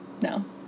No